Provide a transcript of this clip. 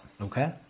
okay